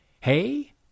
hey